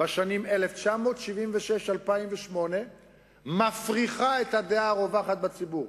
בשנים 1976 2008 מפריכה את הדעה הרווחת בציבור,